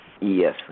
Yes